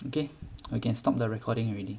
okay I can stop the recording already